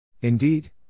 Indeed